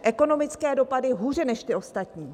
Ekonomické dopady: hůře než ty ostatní.